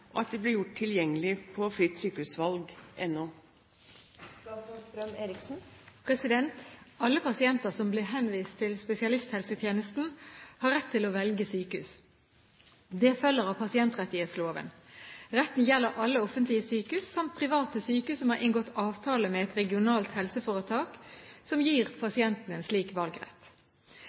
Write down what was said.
og at det blir gjort tilgjengelig på frittsykehusvalg.no?» Alle pasienter som blir henvist til spesialisthelsetjenesten, har rett til å velge sykehus. Det følger av pasientrettighetsloven. Retten gjelder alle offentlige sykehus samt private sykehus som har inngått avtale med et regionalt helseforetak som gir pasienten en slik valgrett.